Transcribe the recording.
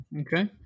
Okay